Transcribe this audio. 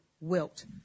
Wilt